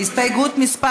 הסתייגות מס'